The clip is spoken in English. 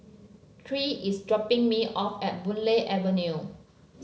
Tre is dropping me off at Boon Lay Avenue